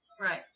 Right